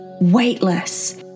weightless